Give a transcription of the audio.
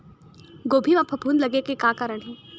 गोभी म फफूंद लगे के का कारण हे?